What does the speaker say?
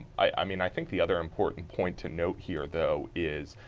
i mean i think the other important point to note here though is,